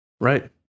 Right